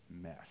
mess